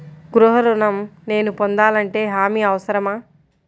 గృహ ఋణం నేను పొందాలంటే హామీ అవసరమా?